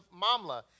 Mamla